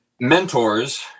mentors